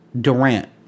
Durant